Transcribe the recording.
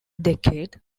decade